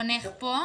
החונך פה,